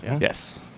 Yes